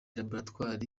laboratwari